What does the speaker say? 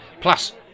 Plus